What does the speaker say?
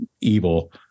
evil